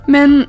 Men